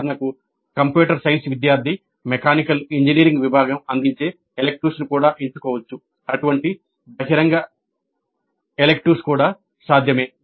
ఉదాహరణకు computer science విద్యార్థి mechanical engineering విభాగం అందించే ఎలిక్టివ్ను ఎంచుకోవచ్చు అటువంటి బహిరంగ ఎలెక్టివ్ సాధ్యమే